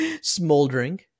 smoldering